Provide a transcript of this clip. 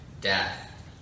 death